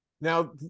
Now